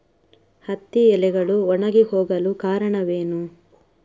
ಹತ್ತಿ ಎಲೆಗಳು ಒಣಗಿ ಹೋಗಲು ಕಾರಣವೇನು?